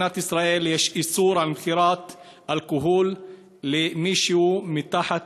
בחוק במדינת ישראל יש איסור על מכירת אלכוהול למישהו מתחת